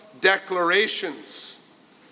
declarations